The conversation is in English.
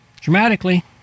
dramatically